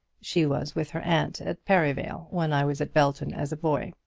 she was with her aunt at perivale when i was at belton as a boy.